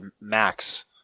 Max